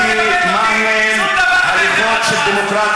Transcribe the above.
אתה לא תלמד אותי מה הן הלכות של הדמוקרטיה.